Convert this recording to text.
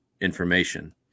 information